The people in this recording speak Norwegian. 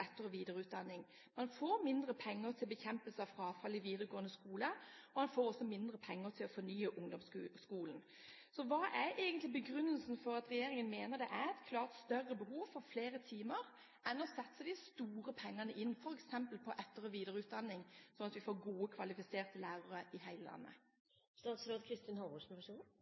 bekjempelse av frafall i videregående skole. Man får også mindre penger til å fornye ungdomsskolen. Hva er egentlig begrunnelsen for at regjeringen mener det er et klart større behov for flere timer enn det å sette de store pengene inn i f.eks. etter- og videreutdanning, sånn at vi får gode, kvalifiserte lærere i hele